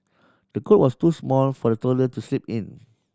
the cot was too small for the toddler to sleep in